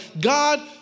God